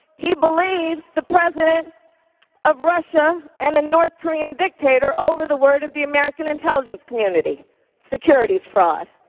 he believes the president of russia and a north korean dictator over the word of the american intelligence community securities fraud.